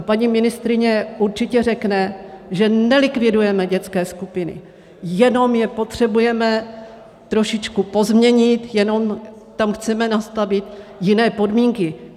Paní ministryně určitě řekne, že nelikvidujeme dětské skupiny, jenom je potřebujeme trošičku pozměnit, jenom tam chceme nastavit jiné podmínky.